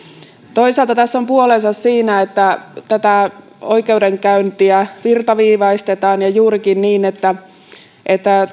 toisaalta tässä on puolensa siinä että tätä oikeudenkäyntiä virtaviivaistetaan ja juurikin niin että että